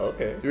Okay